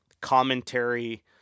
commentary